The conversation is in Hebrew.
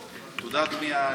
תודה, אדוני היושב-ראש.